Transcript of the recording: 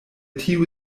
tiu